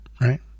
right